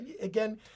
again